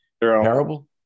Terrible